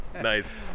nice